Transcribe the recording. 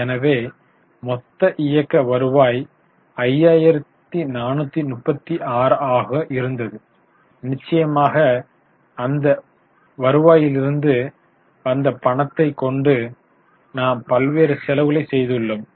எனவே மொத்த இயக்க வருவாய் 5436 ஆக இருந்தது நிச்சயமாக அந்த வருவாயிலிருந்து வந்த பணத்தை கொண்டு நாம் பல்வேறு செலவுகளைச் செய்துள்ளோம்